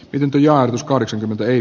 pitempi ja annos kahdeksankymmentä ei